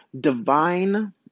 divine